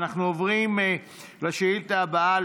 אנחנו עוברים לשאילתה הבאה,